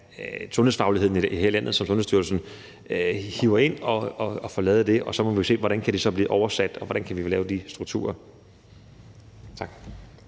sundhedsfagligheden her i landet, som Sundhedsstyrelsen hiver ind og får lavet det. Og så må vi jo se, hvordan det kan blive oversat, og hvordan vi kan få lavet de strukturer. Tak.